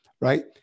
right